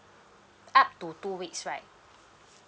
up to two weeks right